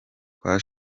kwa